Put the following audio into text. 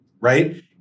right